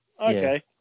Okay